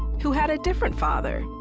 who had a different father.